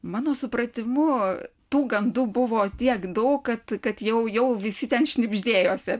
mano supratimu tų gandų buvo tiek daug kad kad jau jau visi ten šnibždėjosi